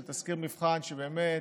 של תסקיר מבחן שבאמת,